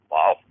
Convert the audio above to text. Wow